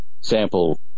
sample